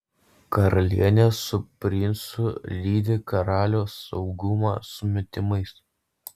karalienė su princu lydi karalių saugumo sumetimais